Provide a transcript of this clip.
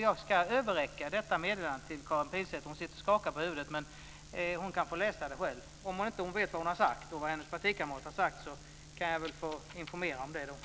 Jag ska överräcka meddelandet om detta till Karin Pilsäter. Hon skakar på huvudet, men hon kan själv få läsa det. Om hon inte vet vad hon själv och hennes partikamrater har sagt, kan jag väl få informera henne om det.